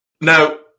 Now